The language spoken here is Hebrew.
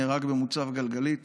ונהרג במוצב גלגלית